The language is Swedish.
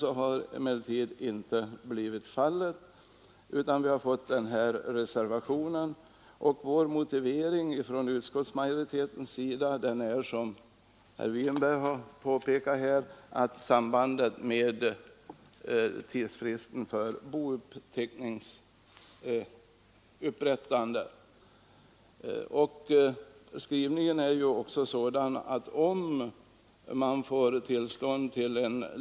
Det har vi emellertid inte kunnat bli, utan vi har fått en reservation. Utskottsmajoritetens motivering är, som herr Winberg påpekat, sambandet mellan tidsfristen och bouppteckningens upprättande.